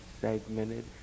segmented